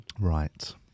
Right